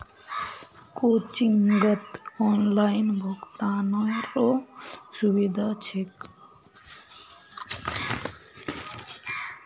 कोचिंगत ऑनलाइन भुक्तानेरो सुविधा छेक